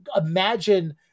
Imagine